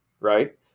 right